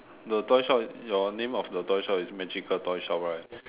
the toy shop your name of the toy shop is magical toy shop right